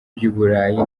by’uburayi